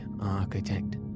architect